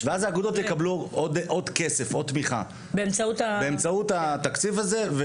ואז האגודות יקבלו עוד כסף ותמיכה באמצעות התקציב הזה.